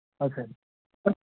اچھا